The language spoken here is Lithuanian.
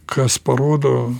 kas parodo